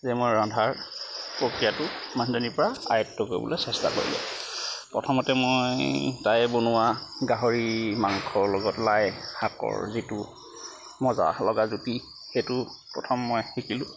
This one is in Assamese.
যে মই ৰন্ধাৰ প্ৰক্ৰিয়াটো মানুহজনীৰ পৰা আয়ত্ৱ কৰিবলৈ চেষ্টা কৰিলোঁ প্ৰথমতে মই তাই বনোৱা গাহৰি মাংসৰ লগত লাই শাকৰ যিটো মজা লগা জুতি সেইটো প্ৰথম মই শিকিলোঁ